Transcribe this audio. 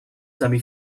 semi